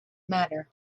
matter